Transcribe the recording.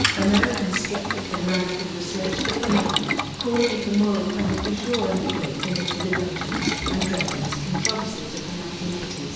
american skeptic ben radford researched the phenomenon, calling it the moral panic du jour and equating it to the dungeons and dragons controversies of the nineteen eighty s.